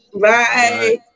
Bye